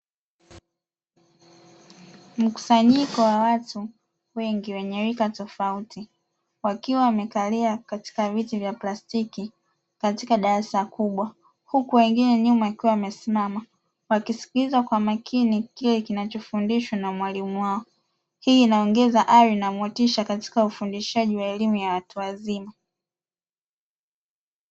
Mkusanyiko wa watu wengi wenye rika tofauti wakiwa wamekalia katika viti vya plastiki katika darasa kubwa, huku wengine wakiwa wamesimama wakisikiliza kwa makini kile kinachofundishwa na mwalimu wao, hii inaongesha hari na motisha katika ufundishaji wa elimu ya watu wazima.